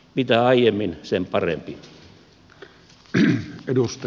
mitä aiemmin sen parempi